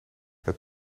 het